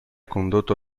condotto